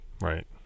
Right